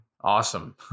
Awesome